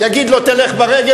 יגיד לו: תלך ברגל?